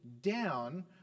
down